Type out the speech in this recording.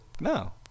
No